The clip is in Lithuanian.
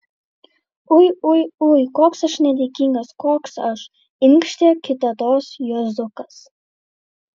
ui ui ui koks aš nedėkingas koks aš inkštė kitados juozukas